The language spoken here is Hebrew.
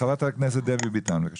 חברת הכנסת דבי ביטון, בבקשה.